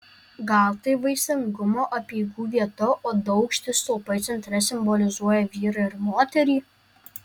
gal tai vaisingumo apeigų vieta o du aukšti stulpai centre simbolizuoja vyrą ir moterį